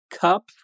cup